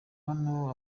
hano